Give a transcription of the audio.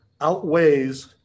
outweighs